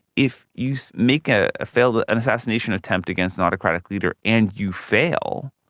if you make a failed and assassination attempt against an autocratic leader and you fail,